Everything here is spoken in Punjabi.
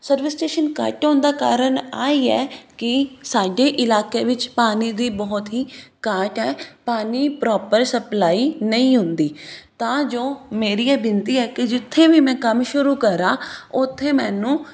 ਸਰਵਿਸ ਸਟੇਸ਼ਨ ਘੱਟ ਹੋਣ ਦਾ ਕਾਰਨ ਇਹ ਹੀ ਹੈ ਕਿ ਸਾਡੇ ਇਲਾਕੇ ਵਿੱਚ ਪਾਣੀ ਦੀ ਬਹੁਤ ਹੀ ਘਾਟ ਹੈ ਪਾਣੀ ਪ੍ਰੋਪਰ ਸਪਲਾਈ ਨਹੀਂ ਹੁੰਦੀ ਤਾਂ ਜੋ ਮੇਰੀ ਇਹ ਬੇਨਤੀ ਹੈ ਕਿ ਜਿੱਥੇ ਵੀ ਮੈਂ ਕੰਮ ਸ਼ੁਰੂ ਕਰਾਂ ਉੱਥੇ ਮੈਨੂੰ